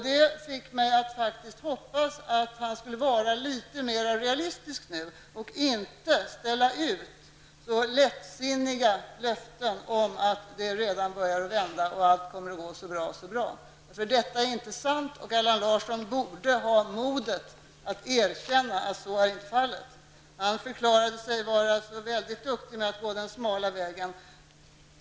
Det fick mig att hoppas att han skulle vara litet mer realistisk nu och inte ställa ut så lättsinniga löften om att det redan börjar att vända och att allt kommer att gå så bra så bra. Detta är inte sant och Allan Larsson borde ha modet att erkänna det. Han förklarade sig vara så väldigt duktig att gå den smala vägen.